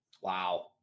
Wow